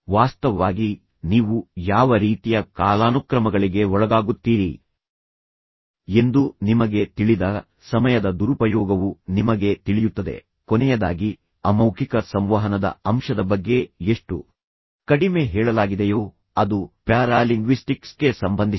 ವಾಸ್ತವವಾಗಿ ನೀವು ಯಾವ ರೀತಿಯ ಕಾಲಾನುಕ್ರಮಗಳಿಗೆ ಒಳಗಾಗುತ್ತೀರಿ ಎಂದು ನಿಮಗೆ ತಿಳಿದಾಗ ಸಮಯದ ದುರುಪಯೋಗವು ನಿಮಗೆ ತಿಳಿಯುತ್ತದೆ ಕೊನೆಯದಾಗಿ ಅಮೌಖಿಕ ಸಂವಹನದ ಅಂಶದ ಬಗ್ಗೆ ಎಷ್ಟು ಕಡಿಮೆ ಹೇಳಲಾಗಿದೆಯೋ ಅದು ಪ್ಯಾರಾಲಿಂಗ್ವಿಸ್ಟಿಕ್ಸ್ಗೆ ಸಂಬಂಧಿಸಿದೆ